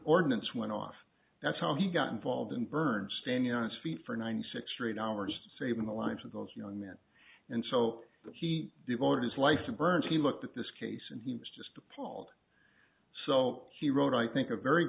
ordnance went off that's how he got involved and burned standing on its feet for ninety six straight hours saving the lives of those young men and so he devoted his life to burns he looked at this case and he was just appalled so he wrote i think a very